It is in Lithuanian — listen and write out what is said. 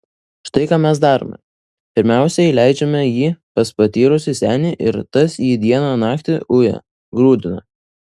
štai ką mes darome pirmiausia įleidžiame jį pas patyrusį senį ir tas jį dieną naktį uja grūdina